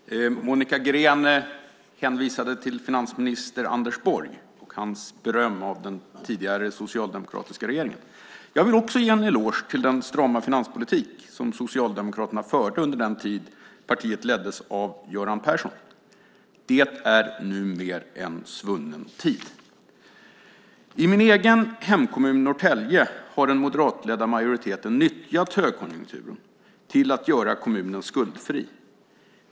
Fru talman! Monica Green hänvisade till finansminister Anders Borg och hans beröm av den tidigare socialdemokratiska regeringen. Jag vill också ge en eloge till den strama finanspolitik som Socialdemokraterna förde under den tid partiet leddes av Göran Persson. Det är numera en svunnen tid. I min egen hemkommun, Norrtälje, har den moderatledda majoriteten nyttjat högkonjunkturen till att göra kommunen skuldfri.